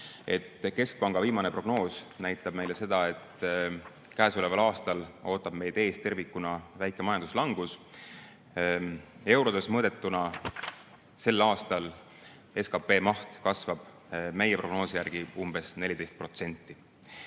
keskpanga viimane prognoos näitab meile seda, et käesoleval aastal ootab meid ees tervikuna väike majanduslangus, eurodes mõõdetuna sel aastal SKT maht kasvab meie prognoosi järgi umbes 14%.